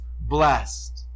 blessed